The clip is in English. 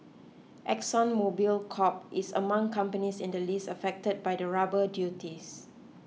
Exxon Mobil Corp is among companies in the list affected by the rubber duties